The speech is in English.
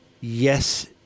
Yes